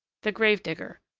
the grave-digger.